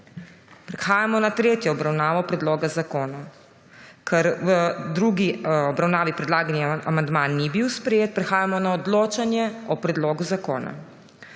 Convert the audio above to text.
Prehajamo na **tretjo obravnavo predloga zakona.** Ker v drugi obravnavi predlagani amandma ni bil sprejet, prehajamo na odločanje o predlogu zakona.